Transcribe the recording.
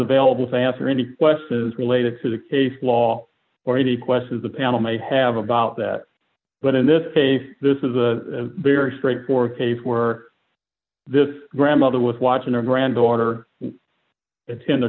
available to answer any questions related to the case law or any questions the panel may have about that but in this case this is a very straightforward case where this grandmother was watching her granddaughter attend